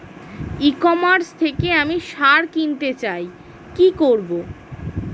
ই commerce থেকে আমি সার কিনতে চাই কি করব?